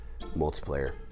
multiplayer